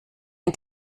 ein